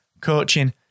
coaching